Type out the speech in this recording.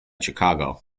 chicago